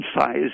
size